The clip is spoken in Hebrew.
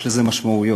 ויש לזה משמעויות,